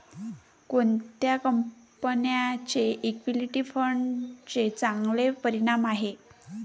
कोणत्या कंपन्यांचे इक्विटी फंडांचे चांगले परिणाम आहेत?